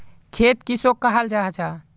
खेत किसोक कहाल जाहा जाहा?